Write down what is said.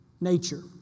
nature